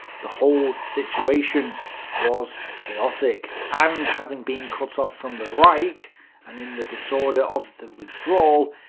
the whole situation was chaotic and, having been cut off from the reich and in the disorder of the withdrawal,